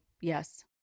yes